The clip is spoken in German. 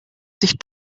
sich